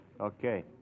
Okay